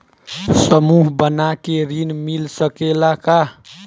समूह बना के ऋण मिल सकेला का?